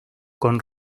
con